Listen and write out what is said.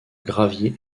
gravier